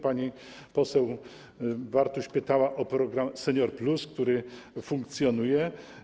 Pani poseł Bartuś pytała o program „Senior+”, który funkcjonuje.